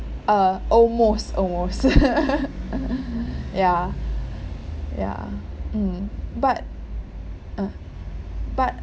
uh almost almost ya ya mm but um but